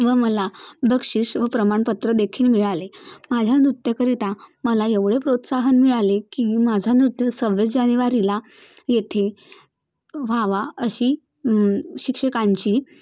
व मला बक्षिश व प्रमाणपत्र देखील मिळाले माझ्या नृत्यकरिता मला एवढे प्रोत्साहन मिळाले की माझा नृत्य सव्वीस जानेवारीला येथे व्हावा अशी शिक्षकांची